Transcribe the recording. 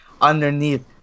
underneath